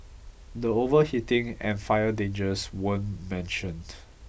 the overheating and fire dangers weren't mentioned